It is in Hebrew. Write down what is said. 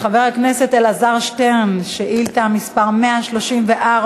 השואל, חבר הכנסת אלעזר שטרן, שאילתה מס' 134: